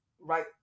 right